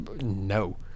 no